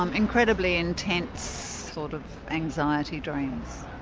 um incredibly intense sort of anxiety dreams.